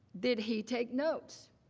did he take notes?